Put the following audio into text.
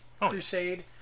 Crusade